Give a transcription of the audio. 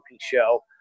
show